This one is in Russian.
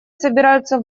собираются